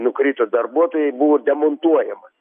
nukrito darbuotojai buvo demontuojamas